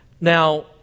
Now